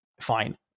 fine